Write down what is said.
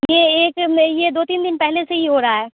یہ ایک میں یہ دو تین دن پہلے سے ہی ہو رہا ہے